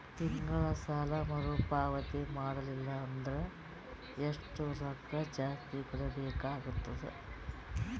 ತಿಂಗಳ ಸಾಲಾ ಮರು ಪಾವತಿ ಮಾಡಲಿಲ್ಲ ಅಂದರ ಎಷ್ಟ ರೊಕ್ಕ ಜಾಸ್ತಿ ಕಟ್ಟಬೇಕಾಗತದ?